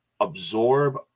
absorb